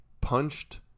punched